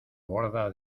borda